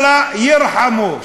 אללה ירחמו.